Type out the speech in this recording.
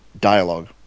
dialogue